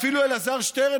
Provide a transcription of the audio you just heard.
אפילו אלעזר שטרן,